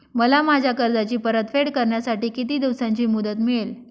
मला माझ्या कर्जाची परतफेड करण्यासाठी किती दिवसांची मुदत मिळेल?